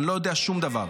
אני לא יודע שום דבר.